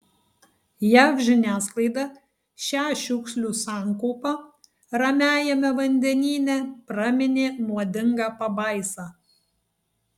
jav žiniasklaida šią šiukšlių sankaupą ramiajame vandenyne praminė nuodinga pabaisa